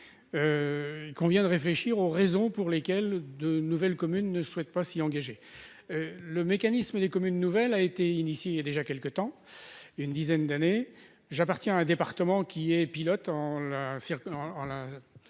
il convient de réfléchir aux raisons pour lesquelles de nouvelles communes ne souhaite pas s'y engager le mécanisme des communes nouvelles a été initiée il y a déjà quelques temps, une dizaine d'années, j'appartiens à un département qui est pilote en la circonstance